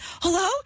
hello